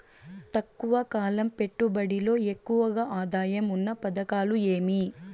తక్కువ కాలం పెట్టుబడిలో ఎక్కువగా ఆదాయం ఉన్న పథకాలు ఏమి?